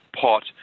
pot